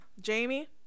Jamie